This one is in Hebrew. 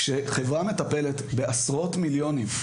כשחברה מטפלת בעשרות מיליונים,